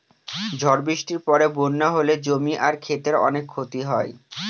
ঝড় বৃষ্টির পরে বন্যা হলে জমি আর ক্ষেতের অনেক ক্ষতি হয়